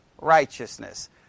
righteousness